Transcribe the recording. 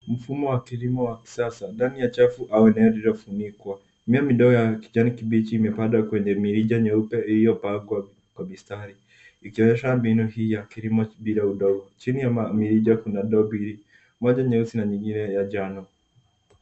Mfumo wa kilimo wa kisasa ndani ya chafu au eneo lililofunikwa. Mimea midogo ya kijani kibichi imepandwa kwenye mirija nyeupe iliyopangwa kwa mistari ikionyesha mbinu hii ya kilimo bila udongo. Chini ya mirija kuna ndoo bili, moja nyeusi na lingine ya njano.